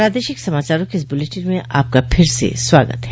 प्रादेशिक समाचारों के इस बुलेटिन में आपका फिर से स्वागत है